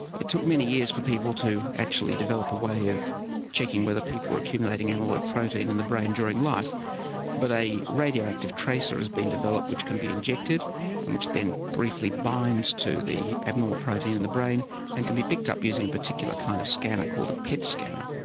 it took many years for people to actually develop a way of checking whether people were accumulating amyloid protein in the brain during life but a radio active tracer has been developed which can be injected and which then briefly binds to the abnormal protein in the brain and can be picked up using a particular kind of scanner called a pet scanner.